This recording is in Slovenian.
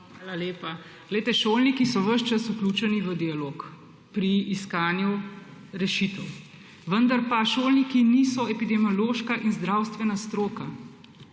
Hvala lepa. Glejte, šolniki so ves čas vključeni v dialog pri iskanju rešitev, vendar pa šolniki niso epidemiološka in zdravstvena stroka.